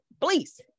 please